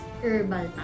herbal